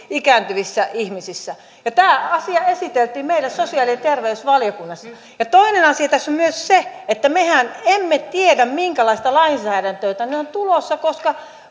ikääntyvissä ihmisissä tämä asia esiteltiin meille sosiaali ja terveysvaliokunnassa ja toinen asia tässä on se että mehän emme tiedä minkälaista lainsäädäntöä tänne on tulossa koska